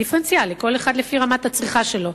דיפרנציאלי, כל אחד לפי רמת הצריכה שלו.